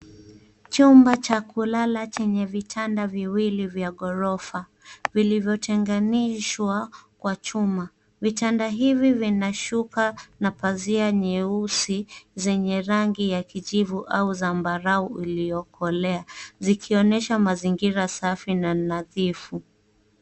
Chumba cha kulala chenye vitanda viwili vya ghorofa vilivyotenganishwa kwa chuma. Vitanda hivi vina shuka na pazia nyeusi zenye rangi ya kijivu au zambarau iliyokolea zikionyesha mazingira safi na nadhifu.